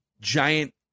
giant